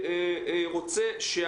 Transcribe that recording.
שמעתי במוצאי שבת את יושב-ראש השלטון המקומי